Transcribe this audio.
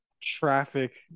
Traffic